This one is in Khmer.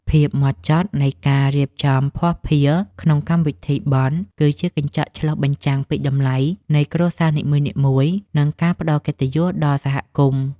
ភាពហ្មត់ចត់នៃការរៀបចំភស្តុភារក្នុងកម្មវិធីបុណ្យគឺជាកញ្ចក់ឆ្លុះបញ្ចាំងពីតម្លៃនៃគ្រួសារនីមួយៗ និង ការផ្តល់កិត្តិយសដល់សហគមន៍។